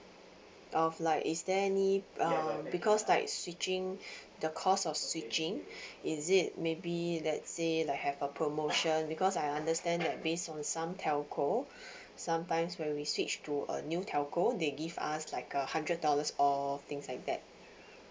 of like is there any um because like switching the cost of switching is it maybe let say like have a promotion because I understand that based on some telco sometimes when we switch to a new telco they give us like a hundred dollars or things like that